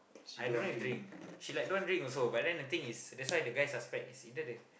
I don't like drink she like don't want drink also but then the thing is that's why the guy suspect is either the